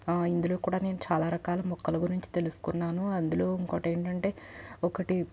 ఇందులో కూడ నేను చాలా రకాలు మొక్కల గురించి తెలుసుకున్నాను అందులో ఇంకోటి ఏంటంటే ఒకటి